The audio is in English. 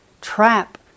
trap